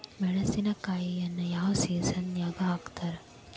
ಮೆಣಸಿನಕಾಯಿನ ಯಾವ ಸೇಸನ್ ನಾಗ್ ಹಾಕ್ತಾರ?